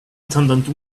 attendant